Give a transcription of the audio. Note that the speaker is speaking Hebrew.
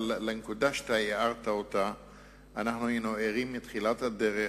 אבל לנקודה שהערת אנחנו היינו ערים מתחילת הדרך,